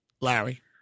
Larry